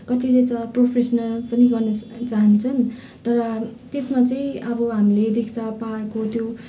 कतिले त अब प्रोफेसनल पनि गर्न चाहन्छन् तर त्यसमा चाहिँ अब हामीले देख्छ पहाडको त्यो